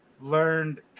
learned